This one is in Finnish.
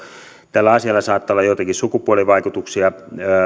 tällä asialla saattaa olla joitakin sukupuolivaikutuksia